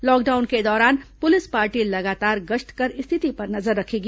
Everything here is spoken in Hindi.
लॉकडाउन के दौरान पुलिस पार्टी लगातार गश्त कर स्थिति पर नजर रखेगी